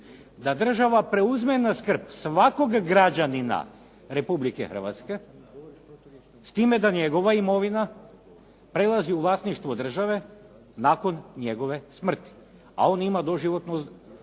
da država preuzme na skrb svakog građanina Republike Hrvatske s time da njegova imovina prelazi u vlasništvo države nakon njegove smrti a on ima doživotno